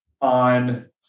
on